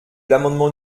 l’amendement